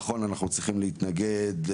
נכון אנחנו צריכים להתנגד,